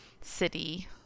city